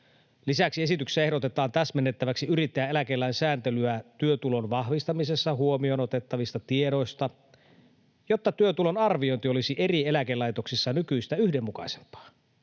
Lisäksi esityksessä ehdotetaan täsmennettäväksi yrittäjän eläkelain sääntelyä työtulon vahvistamisessa huomioon otettavista tiedoista, jotta työtulon arviointi olisi eri eläkelaitoksissa nykyistä yhdenmukaisempaa.